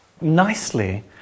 nicely